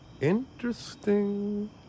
Interesting